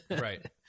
right